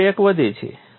તેથી ક્રેક વધે છે